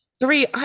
Three